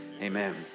amen